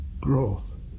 growth